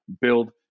build